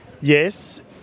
Yes